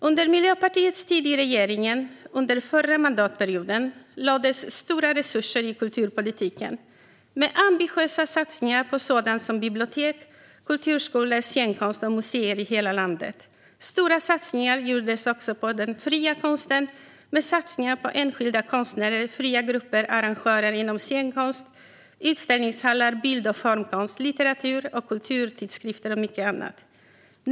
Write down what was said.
Under Miljöpartiets tid i regeringen under förra mandatperioden lades stora resurser på kulturpolitiken, med ambitiösa satsningar på sådant som bibliotek, kulturskolor, scenkonst och museer i hela landet. Stora satsningar gjordes också på den fria konsten. Det gjordes satsningar på enskilda konstnärer, fria grupper, arrangörer inom scenkonst, utställningshallar, bild och formkonst, litteratur och kulturtidskrifter och mycket annat.